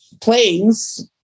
planes